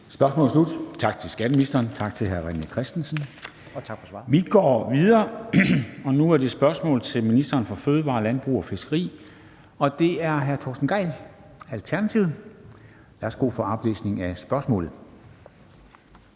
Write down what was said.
Spørgsmålet er slut. Tak til skatteministeren, og tak til hr. René Christensen. Vi går videre, og nu er det spørgsmål til ministeren for fødevarer, landbrug og fiskeri. Det er af hr. Torsten Gejl, Alternativet. Kl. 13:07 Spm. nr. S 347 (omtrykt)